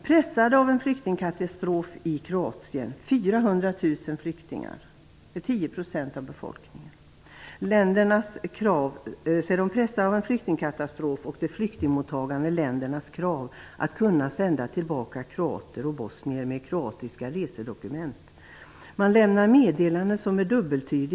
Pressade av en flyktingkatastrof i Kroatien, med 400 000 flyktingar, motsvarande 10 % av befolkningen, och av de flyktingmottagande ländernas krav att få sända tillbaka kroater och bosnier med kroatiska resedokument lämnar man dubbeltydiga meddelanden.